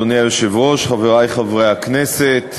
אדוני היושב-ראש, חברי חברי הכנסת,